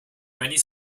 rennie